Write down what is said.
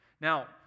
now